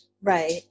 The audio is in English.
Right